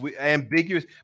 ambiguous